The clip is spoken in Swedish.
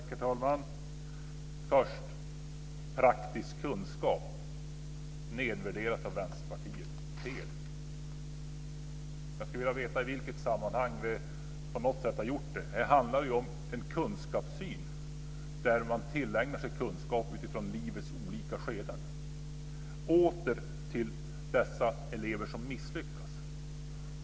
Herr talman! Praktisk kunskap nedvärderas av Vänsterpartiet - fel! Jag skulle vilja veta i vilket sammanhang vi på något sätt har gjort det. Det handlar om en kunskapssyn, att man tillägnar sig kunskap utifrån livets olika skeden. Vidare har vi återigen frågan om de elever som misslyckas.